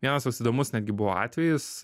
vienas toks įdomus netgi buvo atvejis